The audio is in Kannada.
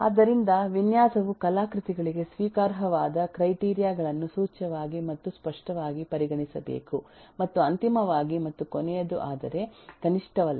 ಆದ್ದರಿಂದ ವಿನ್ಯಾಸವು ಕಲಾಕೃತಿಗಳಿಗೆ ಸ್ವೀಕಾರಾರ್ಹವಾದ ಕ್ರೈಟೀರಿಯ ಗಳನ್ನು ಸೂಚ್ಯವಾಗಿ ಮತ್ತು ಸ್ಪಷ್ಟವಾಗಿ ಪರಿಗಣಿಸಬೇಕು ಮತ್ತು ಅಂತಿಮವಾಗಿ ಮತ್ತು ಕೊನೆಯದು ಆದರೆ ಕನಿಷ್ಠವಲ್ಲ